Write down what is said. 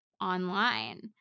online